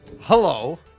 Hello